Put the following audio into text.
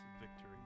victory